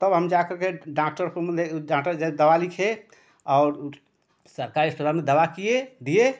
तब हम जा करके डॉक्टर को मतलब डॉक्टर जब दवा लिखे और सरकारी अस्पताल में दवा किए दिए